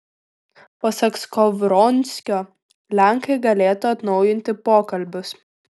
pasak skovronskio lenkai galėtų atnaujinti pokalbius